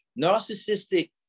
Narcissistic